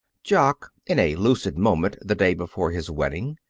jock, in a lucid moment the day before his wedding,